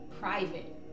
private